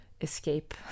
escape